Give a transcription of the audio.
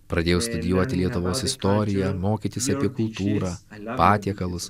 pradėjau studijuoti lietuvos istoriją mokytis apie kultūrą patiekalus